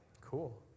Cool